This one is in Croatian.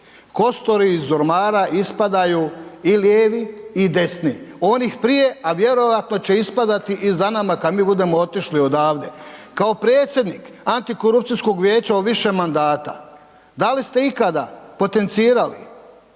Kosturi iz ormara ispadaju i lijevi i desni, onih prije, a vjerojatno će ispadati i za nama kad mi budemo otišli odavde. Kao predsjednik antikorupcijskog vijeća u više mandata da li ste ikada potencirali